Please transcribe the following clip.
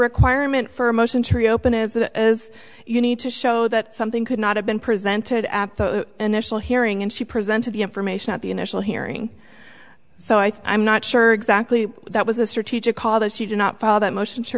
requirement for a motion to reopen is that as you need to show that something could not have been presented at the initial hearing and she presented the information at the initial hearing so i think i'm not sure exactly that was a strategic call that she did not follow that motion to